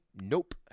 Nope